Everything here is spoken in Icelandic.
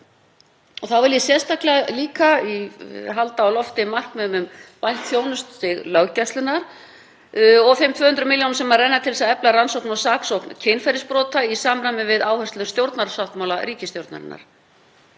Þá vil ég sérstaklega halda á lofti markmiðum um bætt þjónustustig löggæslunnar og þeim 200 millj. kr. sem renna til þess að efla rannsókn og saksókn kynferðisbrota í samræmi við áherslur stjórnarsáttmála ríkisstjórnarinnar.